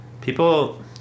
People